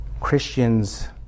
Christians